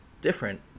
different